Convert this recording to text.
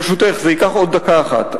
ברשותך, זה ייקח עוד דקה אחת.